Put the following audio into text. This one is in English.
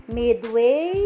midway